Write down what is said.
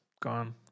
gone